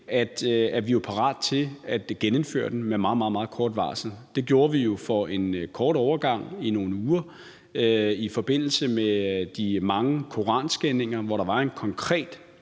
at vi var parate til at genindføre den med meget, meget kort varsel. Det gjorde vi jo for en kort overgang i nogle uger i forbindelse med de mange koranskændinger, hvor der var en konkret